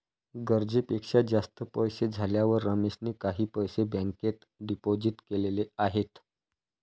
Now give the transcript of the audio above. गरजेपेक्षा जास्त पैसे झाल्यावर रमेशने काही पैसे बँकेत डिपोजित केलेले आहेत